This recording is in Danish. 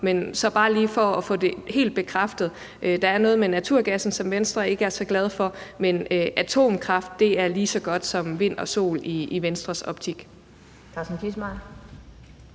Men så bare lige for at få det helt bekræftet: Der er noget med naturgassen, som Venstre ikke er så glade for, men atomkraft er lige så godt som vind og sol i Venstres optik.